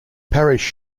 parish